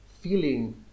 feeling